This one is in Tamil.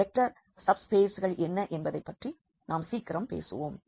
இந்த வெக்டர் சப்ஸ்பேஸ்கள் என்ன என்பதை பற்றி நாம் சீக்கிரம் பேசுவோம்